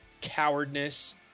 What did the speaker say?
cowardness